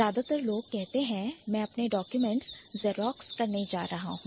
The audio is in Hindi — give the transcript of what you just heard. ज्यादातर लोग कहते हैं कि मैं अपने documents ज़ेरॉक्स करने जा रहा हूं